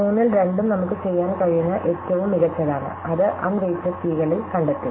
3 ൽ 2 ഉം നമുക്ക് ചെയ്യാൻ കഴിയുന്ന ഏറ്റവും മികച്ചതാണ് അത് അൺ വെയ്റ്റഡ് കീകളിൽ കണ്ടെത്തി